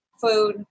Food